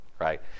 right